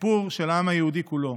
הסיפור של העם היהודי כולו.